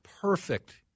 perfect